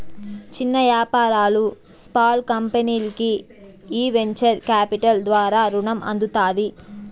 చిన్న యాపారాలు, స్పాల్ కంపెనీల్కి ఈ వెంచర్ కాపిటల్ ద్వారా రునం అందుతాది